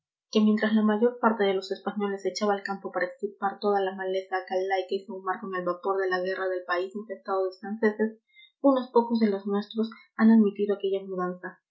que mientras la mayor parte de los españoles se echaban al campo para extirpar toda la maleza galaica y sahumar con el vapor de la guerra el país infestado de franceses unos pocos de los nuestros han admitido aquella mudanza